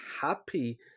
happy